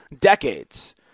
decades